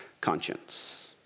conscience